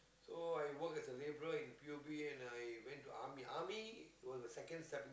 so I worked as a labourer in p_u_b and I went to army army was the second stepping